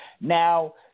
Now